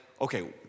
okay